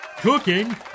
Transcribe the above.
Cooking